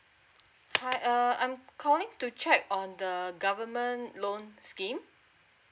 hi err I'm calling to check on the government loan scheme